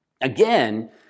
Again